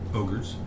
ogres